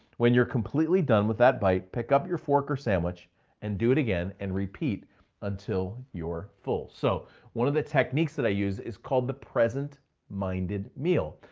when you're completely done with that bite, pick up your fork or sandwich and do it again and repeat until you're full. so one of the techniques that i use is called the present minded meal.